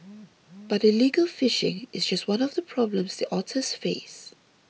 but illegal fishing is just one of the problems the otters face